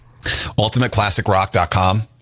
UltimateClassicRock.com